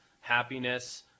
happiness